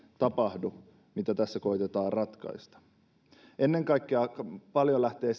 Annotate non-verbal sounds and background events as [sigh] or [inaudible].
tapahdu mitä tässä koetetaan ratkaista aika paljon lähtee [unintelligible]